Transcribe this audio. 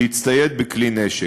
להצטייד בכלי נשק.